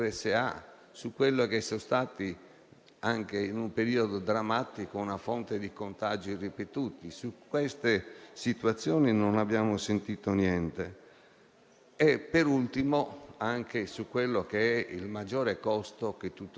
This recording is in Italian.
termini di sanità. In questo periodo di pandemia, soprattutto nella stagione estiva, la Sardegna ha avuto un sovraccarico; ci fa piacere che questo sia avvenuto e avremmo voluto ancora adesso avere tantissimi turisti.